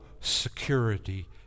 security